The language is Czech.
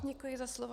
Děkuji za slovo.